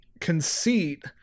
conceit